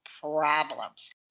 problems